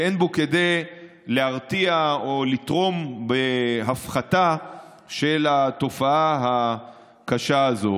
שאין בו כדי להרתיע או לתרום להפחתה של התופעה הקשה הזו.